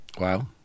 Wow